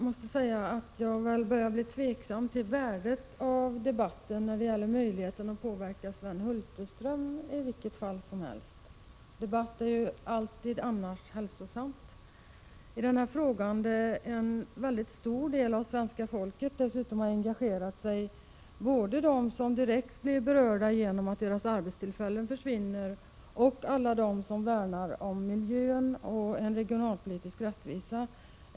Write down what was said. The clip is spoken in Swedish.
Herr talman! Jag börjar tvivla på värdet av debatten när det gäller möjligheten att påverka — i alla fall att påverka Sven Hulterström. Debatter är ju annars alltid hälsosamma. I denna fråga har dessutom en mycket stor del av svenska folket engagerat sig, både de medborgare som direkt blir berörda genom att deras arbetstillfällen försvinner och alla som värnar om miljön och en regionalpolitisk rättvisa.